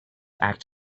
act